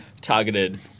targeted